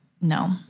no